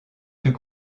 fut